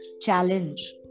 challenge